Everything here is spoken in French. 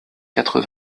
quatre